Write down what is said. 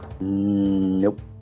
Nope